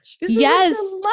Yes